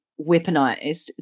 weaponized